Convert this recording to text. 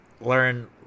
learn